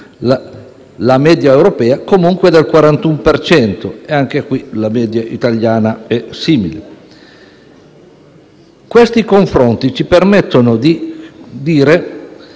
La media europea è comunque del 41 per cento ed anche la media italiana è simile. Questi confronti ci permettono di dire